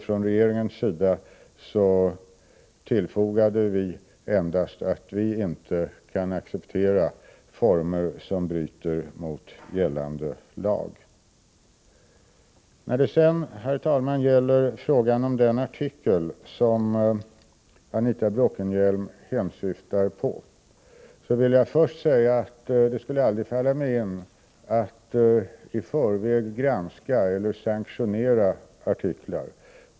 Från regeringens sida tillfogade vi endast att vi inte kan acceptera former som bryter mot gällande lag. Herr talman! Med anledning av den artikel som Anita Bråkenhielm hänsyftar på vill jag först säga att det aldrig skulle falla mig in att i förväg granska eller sanktionera artiklar.